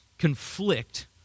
conflict